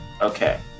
Okay